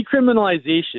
decriminalization